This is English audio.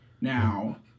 Now